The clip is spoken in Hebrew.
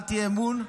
הצבעת אי-אמון,